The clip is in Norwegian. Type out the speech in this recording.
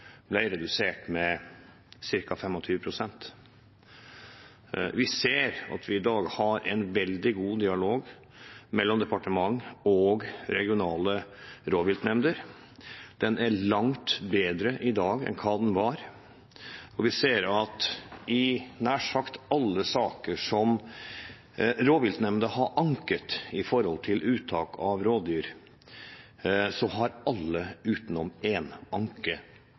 ble redusert med ca. 25 pst. Det er i dag en veldig god dialog mellom departement og regionale rovviltnemnder, den er langt bedre i dag enn hva den var. Vi ser at når det gjelder nær sagt alle saker om uttak av rovdyr som rovviltnemndene har anket, har alle anker, unntatt én, gått igjennom i departementet, og rovviltnemnda har fått viljen sin. Det er en